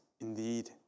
indeed